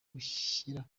gushyira